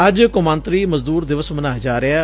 ਅੱਜ ਕੌਮਾਂਤਰੀ ਮਜ਼ਦੁਰ ਦਿਵਸ ਮਨਾਇਆ ਜਾ ਰਿਹੈ